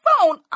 phone